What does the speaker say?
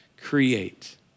create